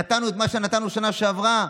נתנו את מה שנתנו שנה שעברה.